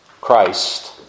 Christ